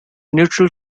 neutral